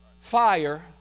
fire